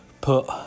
put